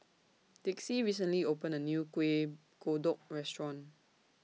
Dixie recently opened A New Kuih Kodok Restaurant